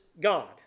God